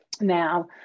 now